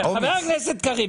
חבר הכנסת קריב,